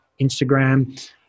instagram